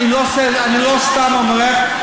אני לא סתם מורח,